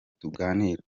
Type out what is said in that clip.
tuganira